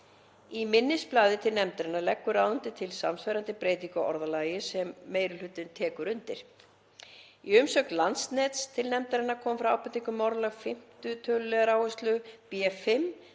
Í minnisblaði til nefndarinnar leggur ráðuneytið til samsvarandi breytingu á orðalagi sem meiri hlutinn tekur undir. Í umsögn Landsnets til nefndarinnar koma fram ábendingar um orðalag 5. tölul. áherslu B.5,